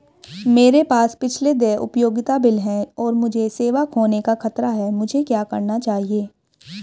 मेरे पास पिछले देय उपयोगिता बिल हैं और मुझे सेवा खोने का खतरा है मुझे क्या करना चाहिए?